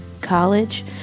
college